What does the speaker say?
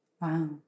Wow